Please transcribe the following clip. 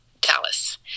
Dallas